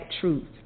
truth